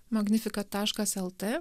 magnifika taškas lt